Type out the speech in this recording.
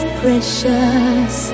precious